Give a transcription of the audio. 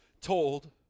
told